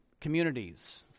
communities